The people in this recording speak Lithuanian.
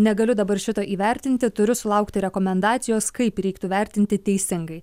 negaliu dabar šito įvertinti turiu sulaukti rekomendacijos kaip reiktų vertinti teisingai